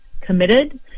committed